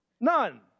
None